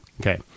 okay